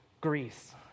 Greece